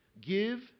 Give